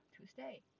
tuesday